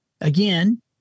again